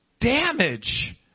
damage